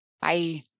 Bye